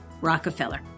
Rockefeller